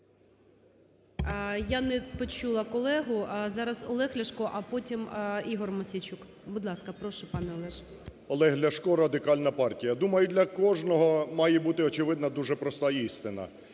Я не почула колегу. Зараз Олег Ляшко, а потім Ігор Мосійчук. Будь ласка, прошу пане Олеже. 13:12:24 ЛЯШКО О.В. Олег Ляшко, Радикальна партія. Думаю, для кожного має бути очевидна дуже проста істина: